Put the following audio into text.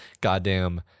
goddamn